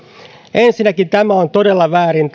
ensinnäkin tämä on todella väärin